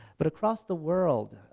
but across the world